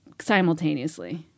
simultaneously